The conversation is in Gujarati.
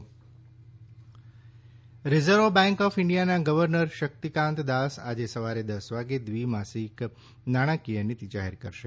આરબીઆઇ નીતી રિઝર્વ બેંક ઓફ ઇન્ડિયાના ગવર્નર શક્તિકાંત દાસ આજે સવારે દસ વાગ્યે દ્વિ માસિક નાણાકીય નીતિ જાહેર કરશે